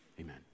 Amen